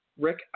Rick